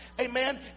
Amen